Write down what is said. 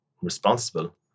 responsible